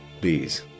please